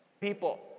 People